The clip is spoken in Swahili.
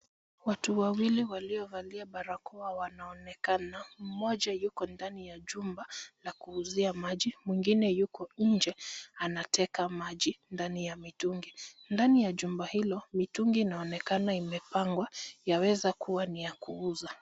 Watu wawili waliovalia barakoa wanaonekana, mmoja yuko ndani ya jumba la kuuzia maji, mwingine yuko nje anateka maji ndani ya mitungi. Ndani ya jumba hilo mitungi inaonekana imepangwa yaweza kuwa ni ya kuuza.